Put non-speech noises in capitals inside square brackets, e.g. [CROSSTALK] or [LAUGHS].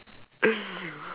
[LAUGHS]